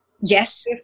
Yes